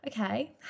okay